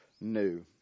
new